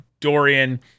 Dorian